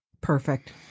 Perfect